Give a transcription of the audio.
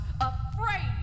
afraid